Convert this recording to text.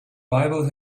bible